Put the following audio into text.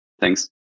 Thanks